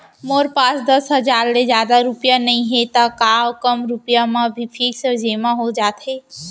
मोर पास दस हजार ले जादा रुपिया नइहे त का कम रुपिया म भी फिक्स जेमा हो जाथे?